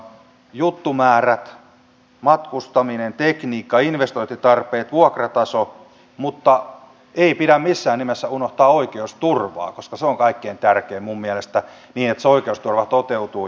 juttumäärät matkustaminen tekniikka investointitarpeet vuokrataso mutta ei pidä missään nimessä unohtaa oikeusturvaa koska se on kaikkein tärkeintä minun mielestäni että se oikeusturva toteutuu